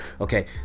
Okay